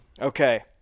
Okay